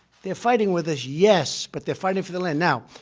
they're fighting with us yes, but they're fighting for their land. now,